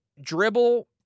dribble